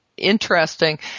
interesting